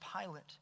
Pilate